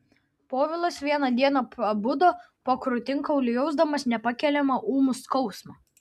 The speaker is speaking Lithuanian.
povilas vieną dieną prabudo po krūtinkauliu jausdamas nepakeliamą ūmų skausmą